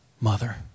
mother